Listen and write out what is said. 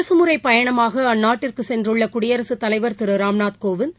அரசு முறைப்பயணமாக அந்நாட்டிற்கு சென்றுள்ள குடியரசுத் தலைவர் திரு ராம்நாத் கோவிந்த்